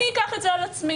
אני אקח את זה על עצמי.